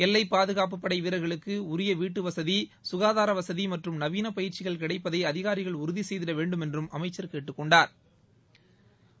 எல்லைப் பாதுகாப்புப் படை வீரர்களுக்கு உரிய வீட்டுவசதி சுகாதார வசதி மற்றும் நவீன பயிற்சிகள் கிடைப்பதை அதிகாரிகள் உறுதி செய்திட வேண்டுமென்றும் அமைச்சள் கேட்டுக் கொண்டாா்